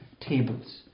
tables